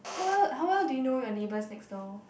how well how well do you know your neighbours next door